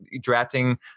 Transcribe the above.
drafting